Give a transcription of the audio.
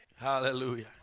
Hallelujah